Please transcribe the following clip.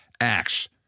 acts